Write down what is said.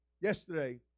Yesterday